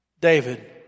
David